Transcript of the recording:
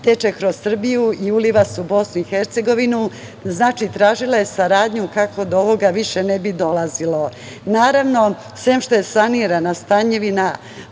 teče kroz Srbiju i uliva se u BiH. Znači, tražila je saradnju kako do ovog više ne bi dolazilo. Naravno, sem što je sanirana, Stanjevina,